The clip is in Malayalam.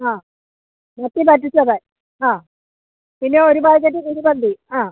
ആ മത്തി പറ്റിച്ചത് ആ പിന്നെ ഒരു പായ്ക്കറ്റ് കുഴിമന്തി അ